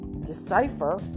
decipher